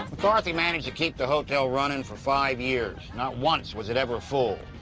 mccarthy managed to keep the hotel running for five years. not once was it ever full.